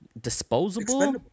disposable